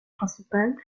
principal